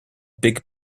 big